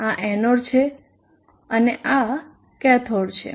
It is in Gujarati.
આ એનોડ છે અને આ કેથોડ છે